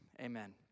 Amen